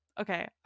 okay